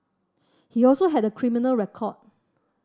he also had a criminal record